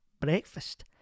breakfast